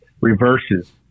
reverses